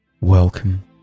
Welcome